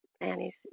Annie's